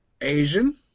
Asian